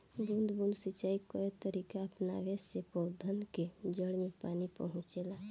बूंद बूंद सिंचाई कअ तरीका अपनवला से पौधन के जड़ में पानी पहुंचेला